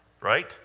right